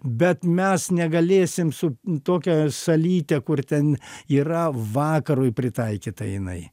bet mes negalėsim su tokia salyte kur ten yra vakarui pritaikyta jinai